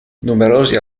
numerosi